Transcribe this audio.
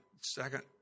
second